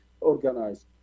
organized